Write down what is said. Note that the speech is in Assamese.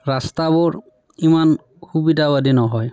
ৰাস্তাবোৰ ইমান সুবিধাবাদী নহয়